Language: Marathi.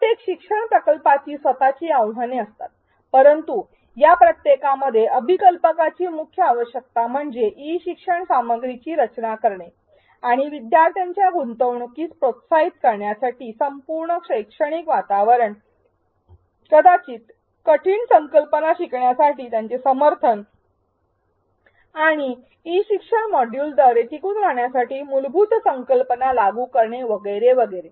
प्रत्येक शिक्षण प्रकल्पाची स्वतःची आव्हाने असतात परंतु या प्रत्येकामध्ये अभिकल्पकाची मुख्य आवश्यकता म्हणजे ई शिक्षण सामग्रीची रचना करणे आणि विद्यार्थ्यांच्या गुंतवणूकीस प्रोत्साहित करण्यासाठी संपूर्ण शैक्षणिक वातावरण कदाचित कठीण संकल्पना शिकण्यासाठी त्यांचे समर्थन आणि ई शिक्षण मॉड्यूलद्वारे टिकून राहण्यासाठी मूलभूत संकल्पना लागू करणे वगैरे वगैरे